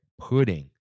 pudding